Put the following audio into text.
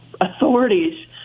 authorities